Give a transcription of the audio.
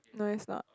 no it's not